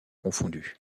confondu